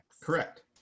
Correct